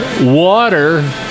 water